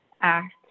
Act